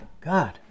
God